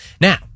Now